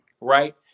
right